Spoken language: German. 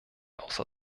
außer